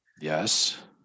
Yes